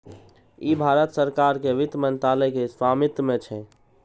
ई भारत सरकार के वित्त मंत्रालय के स्वामित्व मे छै